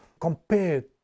compared